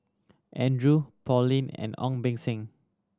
Andrew Paulin and Ong Beng Seng